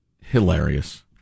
hilarious